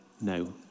no